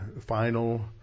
final